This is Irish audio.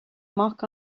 mac